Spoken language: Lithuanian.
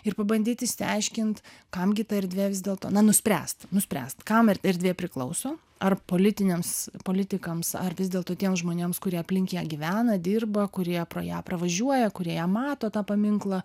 ir pabandyt išsiaiškint kam gi ta erdvė vis dėlto na nuspręst nuspręst kam erdvė priklauso ar politiniams politikams ar vis dėlto tiems žmonėms kurie aplink ją gyvena dirba kurie pro ją pravažiuoja kurie ją mato tą paminklą